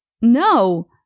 No